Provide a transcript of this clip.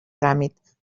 tràmit